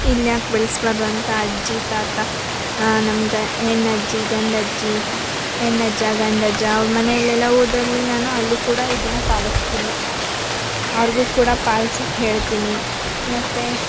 ಇಲ್ಯಾಕೆ ಬೆಳೆಸ್ಬಾರ್ದು ಅಂತ ಅಜ್ಜಿ ತಾತ ನಮ್ಮ ಗ್ ಹೆಣ್ಣಜ್ಜಿ ಗಂಡಜ್ಜಿ ಹೆಣ್ಣಜ್ಜ ಗಂಡಜ್ಜ ಅವ್ರ ಮನೇಲ್ಲೆಲ್ಲ ಹೋದಲ್ಲಿ ನಾನು ಅಲ್ಲಿ ಕೂಡ ಇದನ್ನು ಪಾಲಿಸ್ತೀನಿ ಅವ್ರಿಗೂ ಕೂಡ ಪಾಲ್ಸಕ್ಕೆ ಹೇಳ್ತೀನಿ ಮತ್ತು